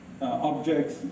objects